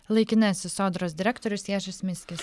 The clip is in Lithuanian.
laikinasis sodros direktorius ježis miskis